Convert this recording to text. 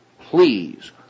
please